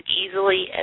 easily